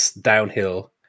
downhill